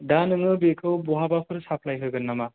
दा नोङो बेखौ बहाबाफोर साप्लाइ होगोन नामा